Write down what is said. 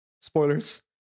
Spoilers